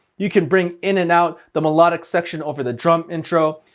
you can bring in and out the melodic section over the drum intro.